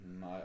No